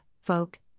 folk